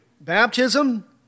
baptism